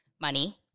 money